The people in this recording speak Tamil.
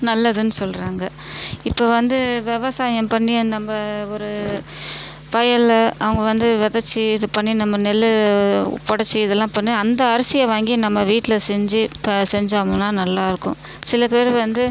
நல்லதுனு சொல்கிறாங்க இப்போ வந்து விவசாயம் பண்ணி நம்ப ஒரு வயலில் அவங்க வந்து வெதைச்சு இது பண்ணி நம்ம நெல் புடைச்சு இதெல்லாம் பண்ணி அந்த அரிசியை வாங்கி நம்ம வீட்டில் செஞ்சு செஞ்சோம்னா நல்லா இருக்கும் சில பேர் வந்து